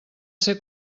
ser